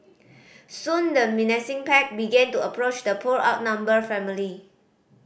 soon the menacing pack began to approach the poor outnumbered family